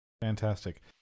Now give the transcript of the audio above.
Fantastic